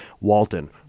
Walton